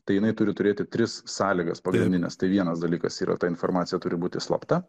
tai jinai turi turėti tris sąlygas pagrindines tai vienas dalykas yra ta informacija turi būti slapta